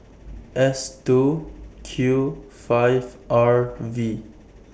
S two Q five R V